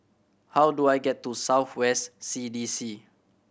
how do I get to South West C D C